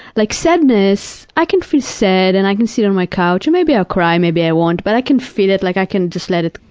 like sadness, i can feel sad and i can sit on my couch and maybe i'll cry, maybe i won't, but i can feel it, like i can just let it,